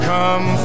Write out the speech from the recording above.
Come